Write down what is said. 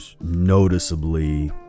noticeably